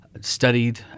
studied